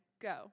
Go